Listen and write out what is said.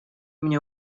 мне